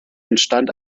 entstanden